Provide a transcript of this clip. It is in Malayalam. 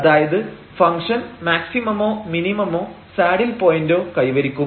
അതായത് ഫംഗ്ഷൻ മാക്സിമമോ മിനിമമോ സാഡിൽ പോയിന്റോ കൈവരിക്കും